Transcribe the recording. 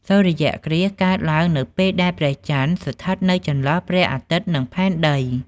សូរ្យគ្រាសកើតឡើងនៅពេលដែល ព្រះចន្ទស្ថិតនៅចន្លោះព្រះអាទិត្យ និងផែនដី ។